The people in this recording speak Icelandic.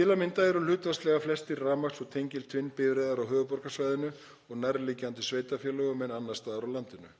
Til að mynda eru hlutfallslega flestar rafmagns- og tengiltvinnbifreiðar á höfuðborgarsvæðinu og nærliggjandi sveitarfélögum en annars staðar á landinu.